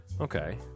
Okay